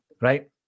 right